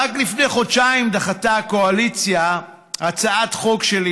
רק לפני חודשיים דחתה הקואליציה הצעת חוק שלי